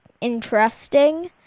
interesting